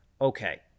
okay